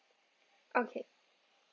okay